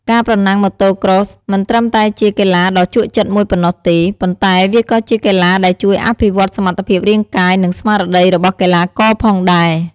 ការប្រណាំង Motocross មិនត្រឹមតែជាកីឡាដ៏ជក់ចិត្តមួយប៉ុណ្ណោះទេ ប៉ុន្តែវាក៏ជាកីឡាដែលជួយអភិវឌ្ឍសមត្ថភាពរាងកាយ និងស្មារតីរបស់កីឡាករផងដែរ។